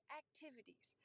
activities